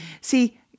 See